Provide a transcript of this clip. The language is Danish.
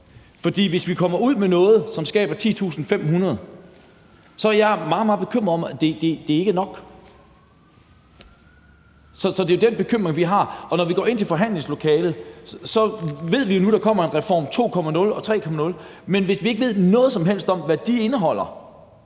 For hvis vi kommer ud med noget, som giver 10.500 flere i job, er jeg meget, meget bekymret for, at det ikke er nok. Det er den bekymring, vi har. Og når vi går ind i forhandlingslokalet, ved vi jo nu, at der kommer en reform 2.0 og 3.0, men hvis vi ikke ved noget som helst om, hvad de indeholder,